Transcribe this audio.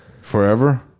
forever